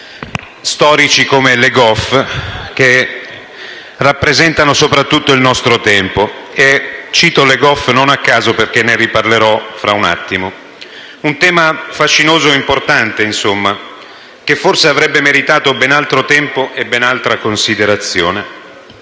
storici come Le Goff, che rappresentano soprattutto il nostro tempo. Cito Le Goff non a caso, perché ne riparlerò fra un attimo. Un tema fascinoso ed importante, insomma, che forse avrebbe meritato ben altro tempo e ben altra considerazione